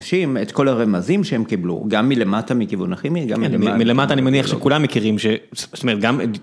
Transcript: את כל הרמזים שהם קיבלו גם מלמטה מכיוון הכימי, מלמטה אני מניח שכולם מכירים שגם.